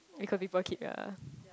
we call people ya